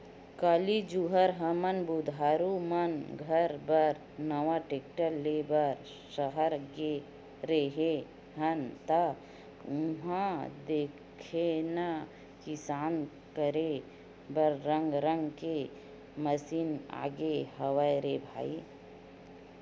काली जुवर हमन बुधारु मन घर बर नवा टेक्टर ले बर सहर गे रेहे हन ता उहां देखेन किसानी करे बर रंग रंग के मसीन आगे हवय रे भई